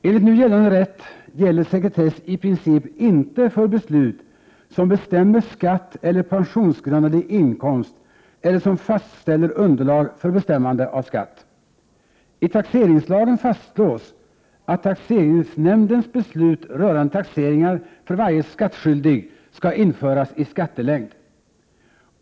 Enligt nu gällande rätt gäller sekretess i princip inte för beslut som bestämmer skatt eller pensionsgrundande inkomst eller som fastställer underlag för bestämmande av skatt. I taxeringslagen fastslås att taxeringsnämndens beslut rörande taxeringar för varje skattskyldig skall införas i skattelängd.